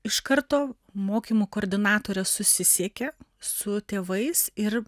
iš karto mokymų koordinatorė susisiekia su tėvais ir